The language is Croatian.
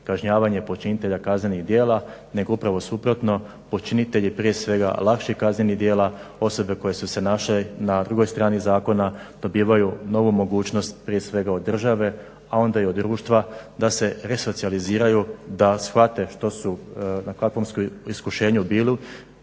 kažnjavanje počinitelja kaznenih djela nego upravo suprotno, počinitelji prije svega lakših kaznenih djela, osobe koje su se našle na drugoj strani zakona dobivaju novu mogućnost prije svega od države, a onda i od društva da se resocijaliziraju, da shvate na kakvom su iskušenju bili,